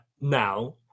now